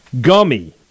Gummy